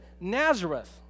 Nazareth